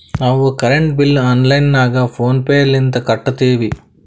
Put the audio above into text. ನಾವು current bill online ನಾಗ PhonePe ಲಿಂತ ಕಟ್ಟತ್ತಿವಿ